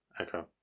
Okay